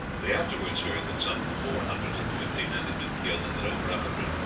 they afterwards heard that some four hundred and fifty men had been killed, and that over a hundred,